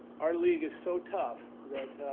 our league is so tough that,